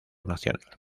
nacional